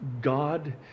God